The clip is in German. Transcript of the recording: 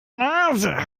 nase